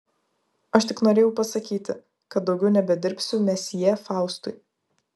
aš tik norėjau pasakyti kad daugiau nebedirbu mesjė faustui